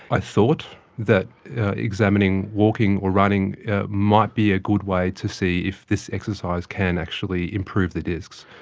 i thought that examining walking or running might be a good way to see if this exercise can actually improve the discs.